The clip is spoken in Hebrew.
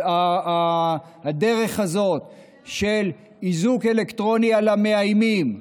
הדרך הזאת של איזוק אלקטרוני על המאיימים,